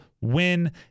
win